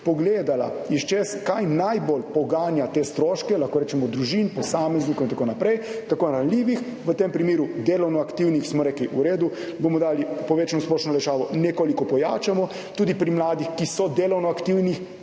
pogledala, iz česa, kaj najbolj poganja te stroške, lahko rečemo, družin, posameznikov in tako naprej, tako ranljivih, v tem primeru delovno aktivnih. Smo rekli, v redu, bomo dali povečano splošno olajšavo, nekoliko pojačamo tudi pri mladih, ki so delovno aktivni,